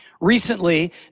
Recently